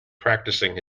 practising